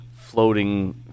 floating